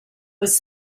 was